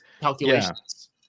calculations